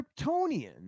Kryptonian